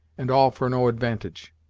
and all for no advantage.